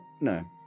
no